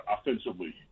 offensively